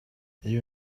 you